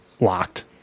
locked